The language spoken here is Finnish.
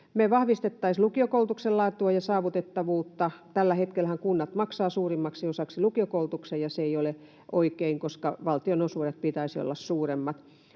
Me vahvistettaisiin lukiokoulutuksen laatua ja saavutettavuutta. Tällä hetkellähän kunnat maksavat suurimmaksi osaksi lukiokoulutuksen, ja se ei ole oikein, koska valtion-osuuksien pitäisi olla suuremmat.